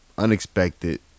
Unexpected